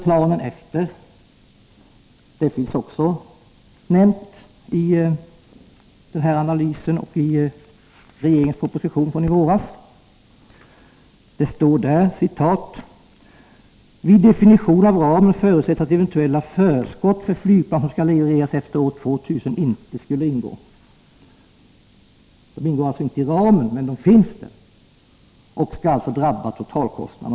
Detta nämns också i analysen och i propositionen, där det står: ”Vid definition av ramen förutsattes att eventuella förskott för flygplan som skall levereras efter år 2000 inte skulle ingå.” Förskotten ingår alltså inte i ramen, men de finns ändå med och skall drabba totalkostnaden.